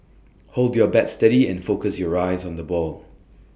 hold your bat steady and focus your eyes on the ball